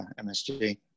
MSG